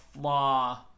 flaw